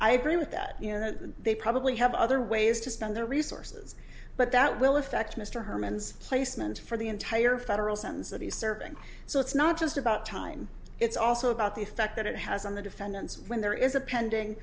i agree with that you know they probably have other ways to spend their resources but that will affect mr herman's placement for the entire federal zones that he's serving so it's not just about time it's also about the effect that it has on the defendants when there is a pending